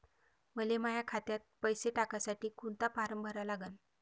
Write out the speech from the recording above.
मले माह्या खात्यात पैसे टाकासाठी कोंता फारम भरा लागन?